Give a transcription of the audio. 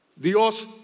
Dios